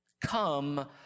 Come